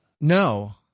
No